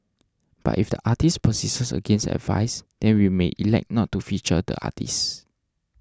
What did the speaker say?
but if the artist persists against advice then we may elect not to feature the artist